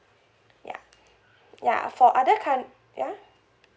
ya ya for other coun~ yeah